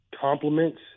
complements